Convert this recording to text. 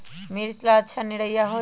मिर्च ला अच्छा निरैया होई?